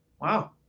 Wow